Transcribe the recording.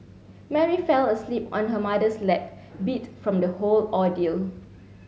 Mary fell asleep on her mother's lap beat from the whole ordeal